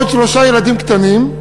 ועוד שלושה ילדים קטנים,